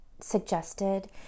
suggested